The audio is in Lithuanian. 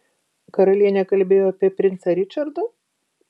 karalienė kalbėjo apie princą ričardą